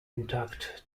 intact